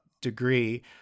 degree